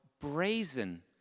brazen